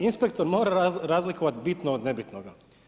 Inspektor mora razlikovati bitno od nebitnoga.